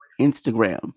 Instagram